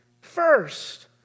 First